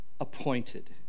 appointed